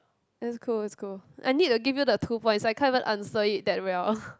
it's cool it's cool I need to give you the two points I can't even answer it that well